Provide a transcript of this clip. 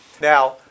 Now